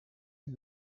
you